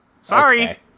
Sorry